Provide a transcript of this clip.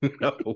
no